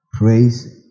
Praise